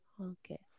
Okay